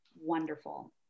wonderful